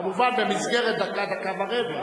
כמובן, במסגרת דקה, דקה ורבע.